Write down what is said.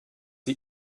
sie